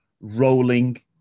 rolling